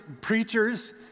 preachers